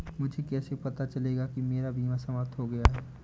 मुझे कैसे पता चलेगा कि मेरा बीमा समाप्त हो गया है?